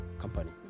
company